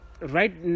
right